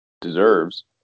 deserves